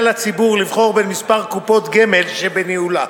לציבור לבחור בין מספר קופות גמל שבניהולה,